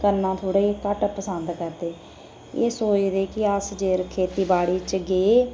करना थोह्ड़ा जेहा घट्ट पसंद करदे एह् सोचदे कि अस जे अगर खेती बाड़ी च गे